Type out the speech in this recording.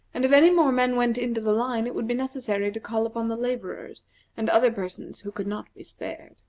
and if any more men went into the line it would be necessary to call upon the laborers and other persons who could not be spared.